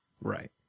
Right